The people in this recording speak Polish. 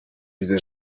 widzę